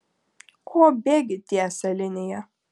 ko bėgi tiesia linija